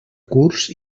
curs